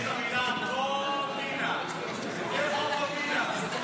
יש את המילה "קומבינה" זה חוק קומבינה.